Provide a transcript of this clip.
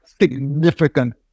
significant